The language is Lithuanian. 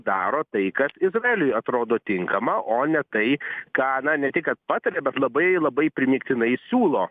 daro tai kas izraeliui atrodo tinkama o ne tai ką na ne tik kad pataria bet labai labai primygtinai siūlo